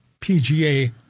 PGA